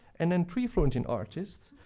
and then three florentine artists,